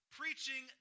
preaching